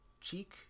Cheek